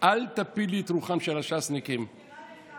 התכנס הקבינט והכול נשאר אותו דבר.